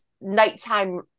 nighttime